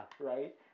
Right